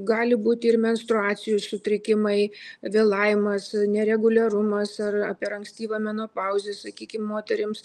gali būti ir menstruacijų sutrikimai vėlavimas nereguliarumas ar per ankstyva menopauzė sakykim moterims